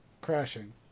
crashing